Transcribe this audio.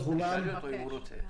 תשאלי אותו אם הוא רוצה.